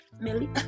Millie